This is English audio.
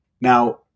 Now